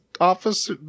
office